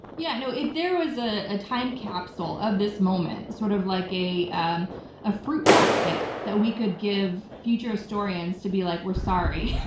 yeah. no. if there was ah a time capsule of this moment, sort of like a um a fruit basket that we could give future historians to be like, we're sorry,